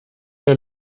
der